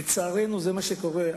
לצערנו, זה מה שקורה.